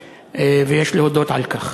ויש להודות על כך.